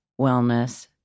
wellness